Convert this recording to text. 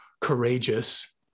courageous